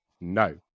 no